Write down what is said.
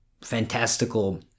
fantastical